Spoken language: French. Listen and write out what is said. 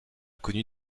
connu